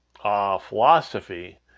philosophy